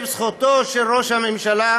זה בזכותו של ראש הממשלה.